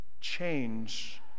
change